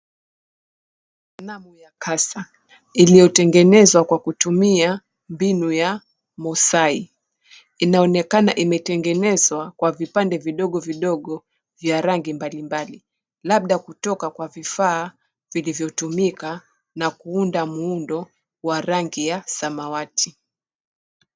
Sanamu ya kasa iliyotengenezwa kupitia mbinu ya mosai inaonekana imetengenezwa kwa vipande vidogo vya rangi mbali mbali labda kutoka kwa vifaa vilivotumika na kuunda muundo wa rangi ya samawati.